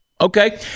Okay